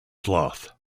sloth